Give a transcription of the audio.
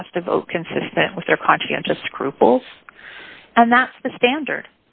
cast a vote consistent with their conscientious scruples and that's the standard